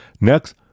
Next